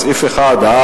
סעיפים 1 11,